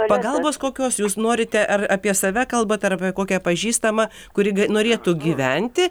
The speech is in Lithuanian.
pagalbos kokios jūs norite ar apie save kalbat apie kokią pažįstamą kuri norėtų gyventi